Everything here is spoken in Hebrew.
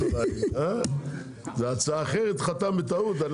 נראה לי שזאת הצעה אחרת והוא חתם בטעות.